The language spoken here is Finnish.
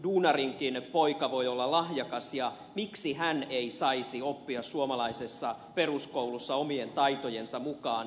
duunarinkin poika voi olla lahjakas ja miksi hän ei saisi oppia suomalaisessa peruskoulussa omien taitojensa mukaan